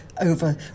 Over